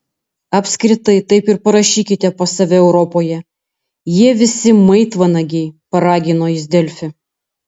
apskritai taip ir parašykite pas save europoje jie visi maitvanagiai paragino jis delfi